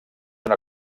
una